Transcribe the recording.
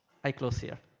i close here.